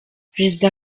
perezida